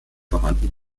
vorhanden